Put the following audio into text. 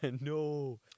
No